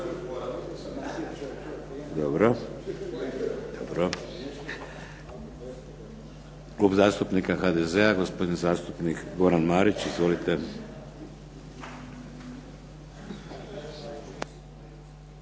Dobro. Klub zastupnika HDZ-a gospodin zastupnik Goran Marić. Izvolite.